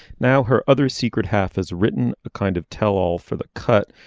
now her other secret half is written a kind of tell all for the cut.